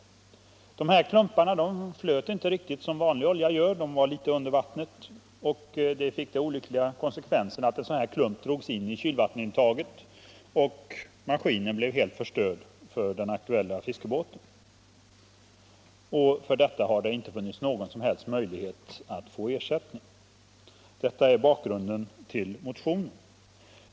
Klumparna flöt inte riktigt som vanlig olja. De var litet under vattnet, och det fick den olyckliga konsekvensen att en sådan här klump drogs in i kylvattenintaget, och maskinen på den aktuella fiskebåten blev helt förstörd. Det har inte funnits någon som helst möjlighet att få ersättning för denna skada. Detta är bakgrunden till motionen.